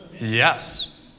Yes